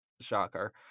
shocker